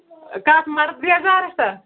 کَتھ مَرد یَزارَس ہا